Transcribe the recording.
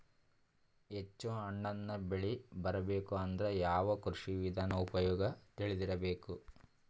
ಹೆಚ್ಚು ಹಣ್ಣನ್ನ ಬೆಳಿ ಬರಬೇಕು ಅಂದ್ರ ಯಾವ ಕೃಷಿ ವಿಧಾನ ಉಪಯೋಗ ತಿಳಿದಿರಬೇಕು?